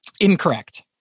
Incorrect